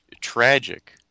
tragic